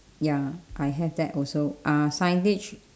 ya I have that also uh signage